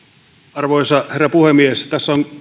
arvoisa herra puhemies tässä on